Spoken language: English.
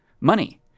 Money